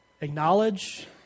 Acknowledge